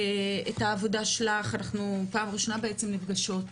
העבודה שלך, אנחנו פעם ראשונה נפגשות.